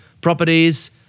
properties